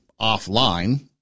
offline